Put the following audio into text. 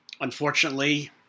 Unfortunately